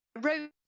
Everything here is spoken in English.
wrote